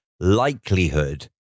likelihood